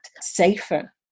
safer